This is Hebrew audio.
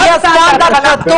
יהיה סטנדרט כתוב.